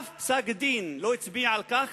אף פסק-דין לא הצביע על כך